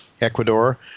Ecuador